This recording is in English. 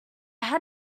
had